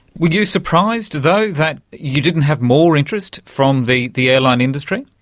were you surprised though that you didn't have more interest from the the airline industry?